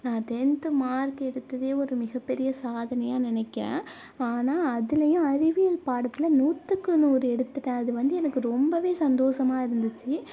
நான் tenth mark எடுத்ததே ஒரு மிகப்பெரிய சாதனையாக நினக்கிறேன் ஆனால் அதுலேயும் அறிவியல் பாடத்தில் நூற்றுக்கு நூறு எடுத்துட்டேன் அது வந்து எனக்கு ரொம்பவே சந்தோசமாக இருந்துச்சு